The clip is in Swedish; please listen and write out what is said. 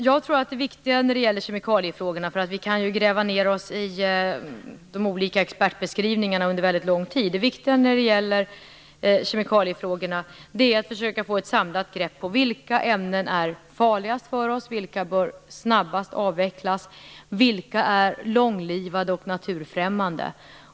Jag tror att det viktiga när det gäller kemikaliefrågorna - vi kan ju gräva ned oss i de olika expertbeskrivningarna under väldigt lång tid - är att försöka få ett samlat grepp om vilka ämnen som är farligast för oss, vilka som snabbast bör avvecklas och vilka som är långlivade och naturfrämmande.